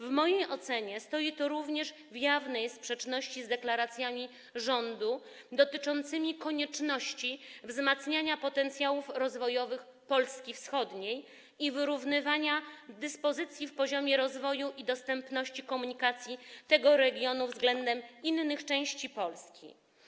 W mojej ocenie stoi to również w jawnej sprzeczności z deklaracjami rządu dotyczącymi konieczności wzmacniania potencjałów rozwojowych Polski wschodniej i wyrównywania dysproporcji w poziomie rozwoju i dostępności komunikacji tego regionu względem innych części Polski.